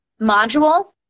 module